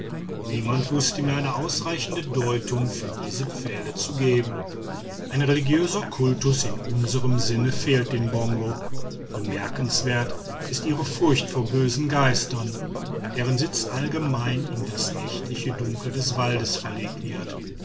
niemand wußte mir eine ausreichende deutung für diese pfähle zu geben ein religiöser kultus in unserm sinn fehlt den bongo bemerkenswert ist ihre furcht vor bösen geistern deren sitz allgemein in das nächtliche dunkel des waldes verlegt wird